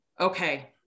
okay